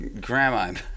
grandma